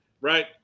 right